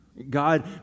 God